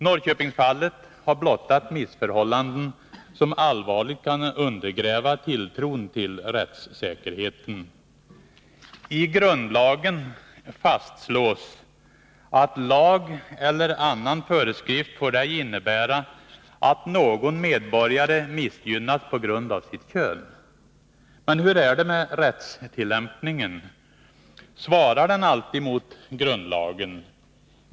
Norrköpingsfallet har blottat missförhållanden som allvarligt kan undergräva tilltron till rättssäkerheten. I grundlagen fastslås att lag eller annan föreskrift ej får innebära att någon medborgare missgynnas på grund av sitt kön. Men hur är det med rättstillämpningen? Svarar den alltid mot grundlagen?